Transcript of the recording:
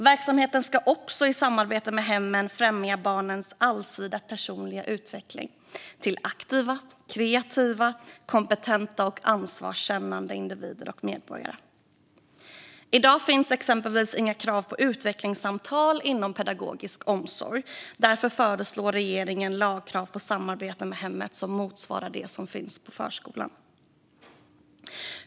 Verksamheten ska också i samarbete med hemmen främja barnens allsidiga personliga utveckling till aktiva, kreativa, kompetenta och ansvarskännande individer och medborgare. I dag finns exempelvis inga krav på utvecklingssamtal inom pedagogisk omsorg. Därför föreslår regeringen lagkrav på samarbete med hemmet som motsvarar det som finns på förskolan.